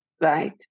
Right